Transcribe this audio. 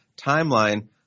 timeline